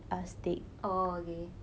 oh okay